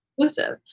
exclusive